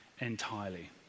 entirely